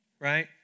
Right